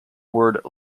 word